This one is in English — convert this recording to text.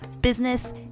business